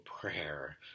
prayer